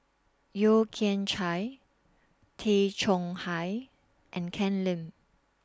Yeo Kian Chai Tay Chong Hai and Ken Lim